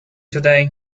today